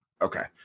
Okay